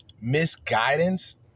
misguidance